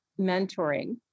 mentoring